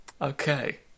Okay